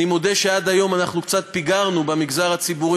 אני מודה שעד היום אנחנו במגזר הציבורי